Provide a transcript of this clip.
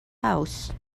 house